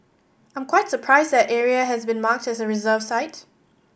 I'm quite surprised that area has been marked as a reserve site